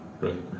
right